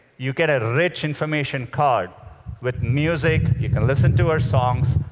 you get a rich information card with music. you can listen to her songs,